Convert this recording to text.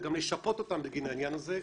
וגם לשפות אותם בגין העניין הזה,